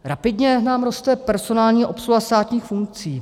Rapidně nám roste personální obsluha státních funkcí.